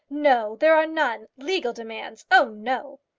no there are none. legal demands! oh, no.